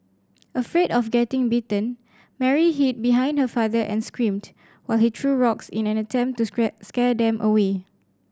afraid of getting bitten Mary hid behind her father and screamed while he threw rocks in an attempt to scrap scare them away